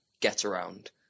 get-around